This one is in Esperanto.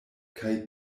kaj